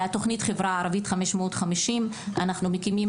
בתכנית לחברה הערבית 550 אנחנו מקימים